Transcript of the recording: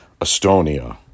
Estonia